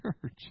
church